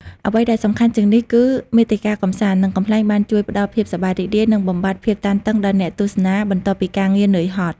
អ្វីដែលសំខាន់ជាងនេះគឺ មាតិកាកម្សាន្ត និងកំប្លែងបានជួយផ្តល់ភាពសប្បាយរីករាយ និងបំបាត់ភាពតានតឹងដល់អ្នកទស្សនា បន្ទាប់ពីការងារនឿយហត់។